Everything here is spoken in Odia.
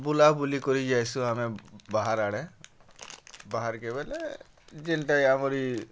ବୁଲାବୁଲି କରି ଯାଏସୁଁ ଆମେ ବାହାର୍ ଆଡ଼େ ବାହାର୍କେ ବେଲେ ଯେନ୍ଟା ଆମର୍ ଇ